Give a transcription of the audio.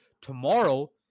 Tomorrow